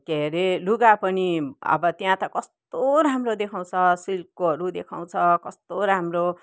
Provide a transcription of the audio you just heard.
के हरे लुगा पनि अब त्यहाँ त कस्तो राम्रो देखाउँछ सिल्ककोहरू देखाउँछ कस्तो राम्रो